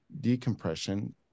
decompression